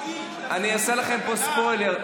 אני אעשה לכם פה ספוילר,